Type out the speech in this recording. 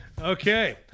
Okay